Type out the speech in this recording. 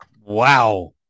Wow